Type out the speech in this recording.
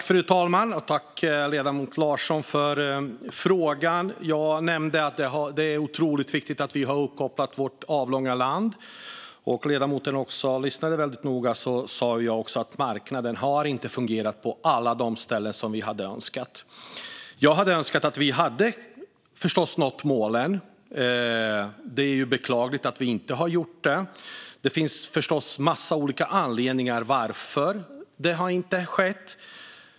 Fru talman! Jag tackar ledamoten Larsson för frågan. Jag nämnde att det är otroligt viktigt att vi får vårt avlånga land uppkopplat. Om ledamoten lyssnade väldigt noga hörde han mig säga att marknaden inte har fungerat på alla de ställen där vi hade önskat det. Jag hade förstås önskat att vi hade nått målen, och det är beklagligt att vi inte har gjort det. Det finns förstås en massa olika anledningar till att så inte har skett.